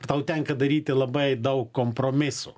ir tau tenka daryti labai daug kompromisų